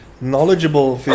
knowledgeable